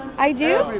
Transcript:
i do?